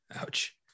Ouch